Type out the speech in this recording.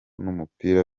n’umupira